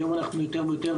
היום אנחנו יותר ויותר,